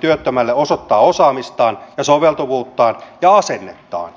työttömälle mahdollisuuden osoittaa osaamistaan soveltuvuuttaan ja asennettaan